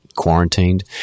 quarantined